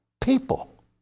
people